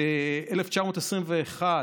ב-1921,